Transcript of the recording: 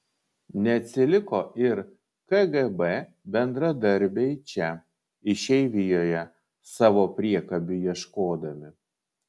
neatsiliko ir kgb bendradarbiai čia išeivijoje savo priekabių ieškodami